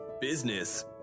business